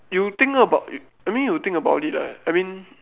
you think about I mean you think about it lah I mean